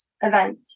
event